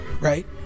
Right